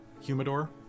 humidor